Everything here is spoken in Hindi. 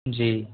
जी